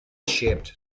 shaped